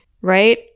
right